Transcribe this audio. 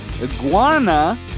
Iguana